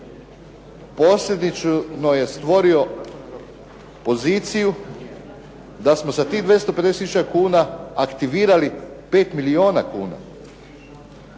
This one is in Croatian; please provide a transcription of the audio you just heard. posljedično je stvorio poziciju da smo sa tih 250 tisuća kuna aktivirali 5 milijuna kuna.